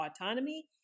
autonomy